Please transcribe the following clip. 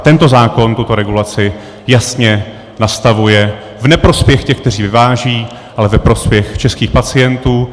Tento zákon tuto regulaci jasně nastavuje v neprospěch těch, kteří vyvážejí, ale ve prospěch českých pacientů.